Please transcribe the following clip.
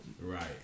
Right